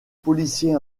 policiers